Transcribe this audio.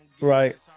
Right